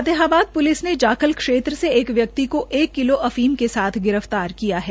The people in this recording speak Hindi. फतेहाबाद पुलिस ने जाखल क्षेत्र से एक व्यक्ति को एक किलो अफीम के साथ गिरफ्तार किया है